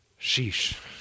Sheesh